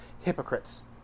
hypocrites